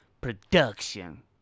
production